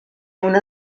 una